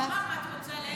לא, מה את רוצה?